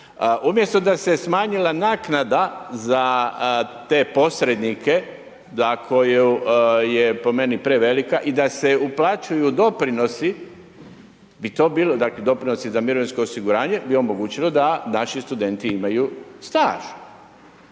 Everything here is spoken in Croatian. Umjesto da se je smanjila naknada za te posrednike, za koju je po meni prevelika i da se uplaćuju doprinosi, dakle, doprinosi za mirovinsko osiguranje, bi omogućilo da naši studenti imaju staž